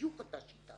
בדיוק אותה שיטה.